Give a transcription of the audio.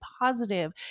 positive